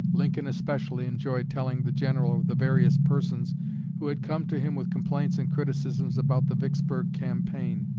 lincoln especially enjoyed telling the general of the various persons who had come to him with complaints and criticisms about the vicksburg campaign.